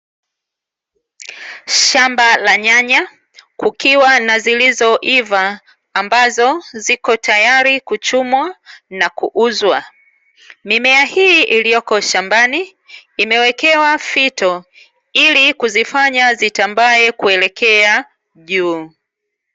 Shamba la nyanya kukiwa na zilizoiva ambazo ziko tayari kuchumwa na kuuzwa. Mimea hii ikoo shambani imewekewa fito ili kuzifanya zitambae kuelekea juu.